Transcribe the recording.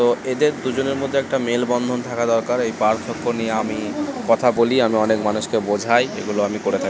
তো এদের দুজনের মধ্যে একটা মেলবন্ধন থাকা দরকার এই পার্থক্য নিয়ে আমি কথা বলি আমি অনেক মানুষকে বোঝাই এগুলো আমি করে